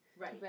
Right